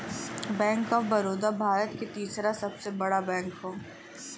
bank of Baroda Bharat के तीसरा सबसे बड़ा बैंक हौ